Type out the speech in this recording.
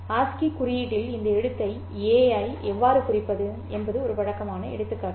ASCII குறியீட்டில் இந்த எழுத்தை A ஐ எவ்வாறு குறிப்பது என்பது ஒரு பழக்கமான எடுத்துக்காட்டு